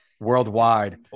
worldwide